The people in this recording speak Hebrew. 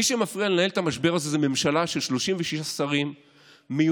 מי שמפריע לנהל את המשבר הזה זה ממשלה של 36 שרים מיותרים,